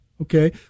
Okay